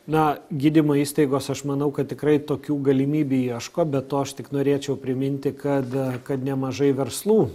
na gydymo įstaigos aš manau kad tikrai tokių galimybių ieško be to aš tik norėčiau priminti kad kad nemažai verslų